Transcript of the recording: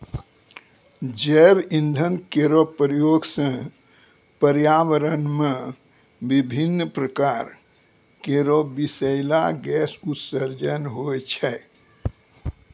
जैव इंधन केरो प्रयोग सँ पर्यावरण म विभिन्न प्रकार केरो बिसैला गैस उत्सर्जन होय छै